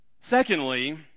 Secondly